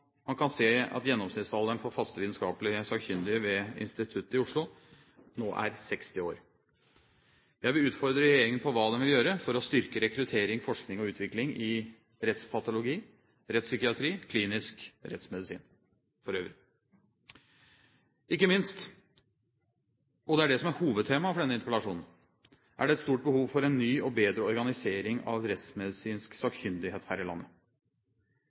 man kan se at gjennomsnittsalderen for faste vitenskapelige sakkyndige ved instituttet i Oslo nå er 60 år. Jeg vil utfordre regjeringen på hva den vil gjøre for å styrke rekruttering, forskning og utvikling i rettspatologi, rettspsykiatri og klinisk rettsmedisin for øvrig. Ikke minst, og det er det som er hovedtemaet for denne interpellasjonen, er det et stort behov for en ny og bedre organisering av rettsmedisinsk sakkyndighet her i landet.